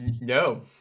no